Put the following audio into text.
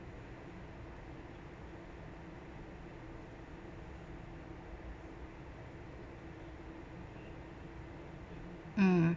mm